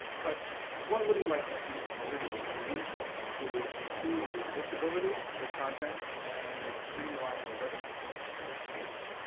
but what would you like to see from google and youtube to improve your visibility of your content and streamlining the revenue stream to the creators?